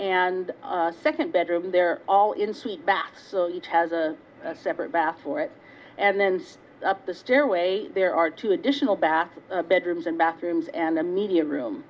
and second bedroom they're all in seat backs so each has a separate bath for it and then up the stairway there are two additional baths bedrooms and bathrooms and the media room